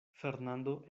fernando